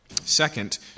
Second